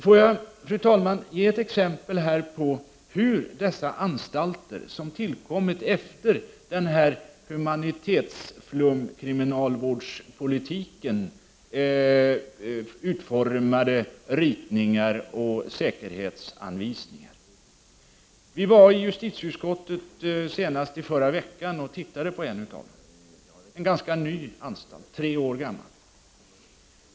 Får jag, fru talman, ge ett exempel på hur man för de anstalter som tillkommit efter den här humanitetsflumkriminalvårdspolitikens har utformat ritningar och säkerhetsanvisningar. Senast i förra veckan var vi i justitieutskottet och tittade på en av dem — en ganska ny anstalt, tre år gammal.